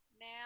now